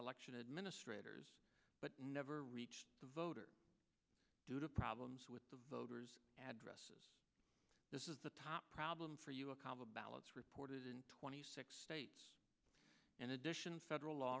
election administrators but never reached the voter due to problems with the voters addresses this is the top problem for you a comma ballots reported in twenty six states in addition federal law